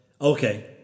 Okay